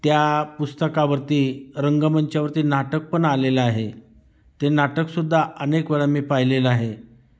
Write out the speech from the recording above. त्या पुस्तकावरती रंगमंचावरती नाटक पण आलेलं आहे ते नाटकसुद्धा अनेक वेळा मी पाहिलेलं आहे